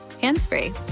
hands-free